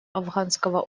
афганского